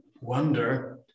wonder